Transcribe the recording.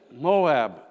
Moab